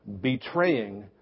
betraying